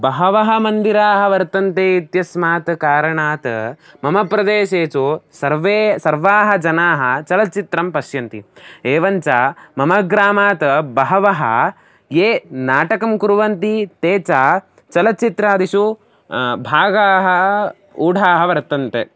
बहवः मन्दिराः वर्तन्ते इत्यस्मात् कारणात् मम प्रदेशे तु सर्वे सर्वाः जनाः चलच्चित्रं पश्यन्ति एवञ्च मम ग्रामात् बहवः ये नाटकं कुर्वन्ति ते च चलच्चित्रादिषु भागाः ऊढाः वर्तन्ते